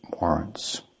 warrants